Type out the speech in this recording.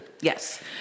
Yes